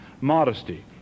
modesty